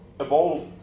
evolved